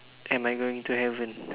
am I going to heaven